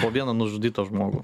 po vieną nužudytą žmogų